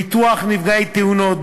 ביטוח נפגעי תאונות,